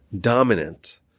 dominant